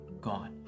gone